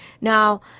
Now